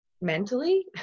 mentally